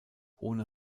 ohne